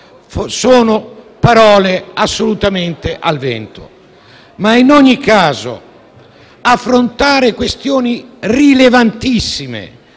sono parole assolutamente al vento. In ogni caso, affrontare questioni rilevantissime,